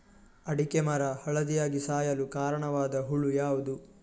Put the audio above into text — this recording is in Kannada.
ಅಡಿಕೆ ಮರ ಹಳದಿಯಾಗಿ ಸಾಯಲು ಕಾರಣವಾದ ಹುಳು ಯಾವುದು?